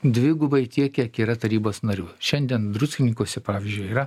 dvigubai tiek kiek yra tarybos narių šiandien druskininkuose pavyzdžiui yra